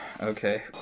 Okay